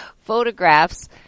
photographs